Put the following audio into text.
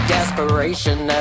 Desperation